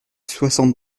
soixante